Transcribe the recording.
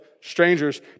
strangers